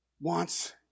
wants